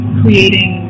creating